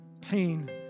pain